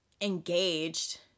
engaged